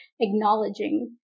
acknowledging